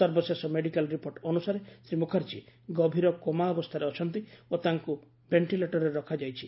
ସର୍ବଶେଷ medical report ଅନୁସାରେ ଶ୍ରୀ ମୁଖାର୍ଜୀ ଗଭୀର କୋମା ଅବସ୍ଥାରେ ଅଛନ୍ତି ଓ ତାଙ୍କୁ ବେଣ୍ଟିଲେଟରରେ ରଖାଯାଇଛି